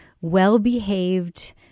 well-behaved